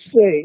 say